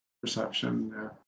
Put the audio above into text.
Perception